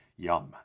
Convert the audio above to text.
Yum